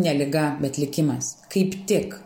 ne liga bet likimas kaip tik